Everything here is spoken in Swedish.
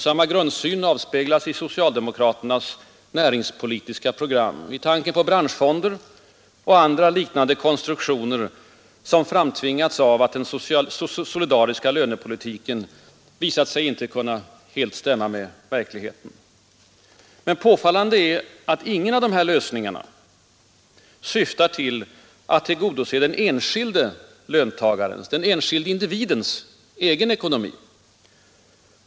Samma grundsyn avspeglas i socialdemokraternas näringspolitiska program, i tanken på branschfonder och andra liknande konstruktioner, som framtvingats av att den solidariska lönepolitiken visat sig inte helt stämma med verkligheten. Påfallande är att ingen av dessa lösningar syftar till att tillgodose den enskilde löntagarens, den enskilde individens egen ekonomi.